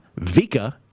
Vika